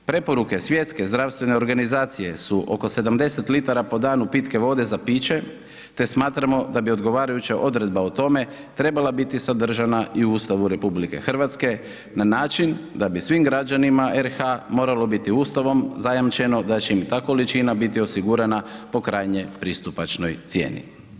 Preporuke Svjetske zdravstvene organizacije su oko 70 litara po danu pitke vode za piće, te smatramo da bi odgovarajuća odredba o tome trebala biti sadržana i u Ustavu RH na način da bi svim građanima RH moralo biti Ustavom zajamčeno da će im ta količina biti osigurana po krajnje pristupanoj cijeni.